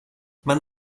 man